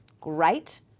great